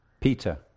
Peter